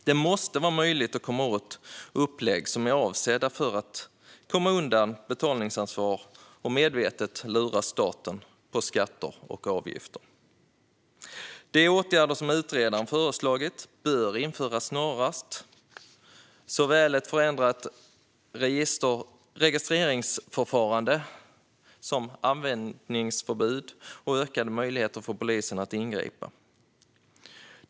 Det måste vara möjligt att komma åt upplägg som är avsedda att komma undan betalningsansvar och medvetet lura staten på skatter och avgifter. De åtgärder som utredaren föreslagit bör införas snarast, såväl ett förändrat registreringsförfarande som användningsförbud och ökade möjligheter för polisen att ingripa.